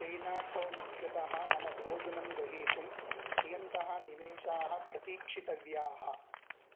China town इत्यतः मम भोजनं गृहीतुं कियन्तः निमेषाः प्रतीक्षितव्याः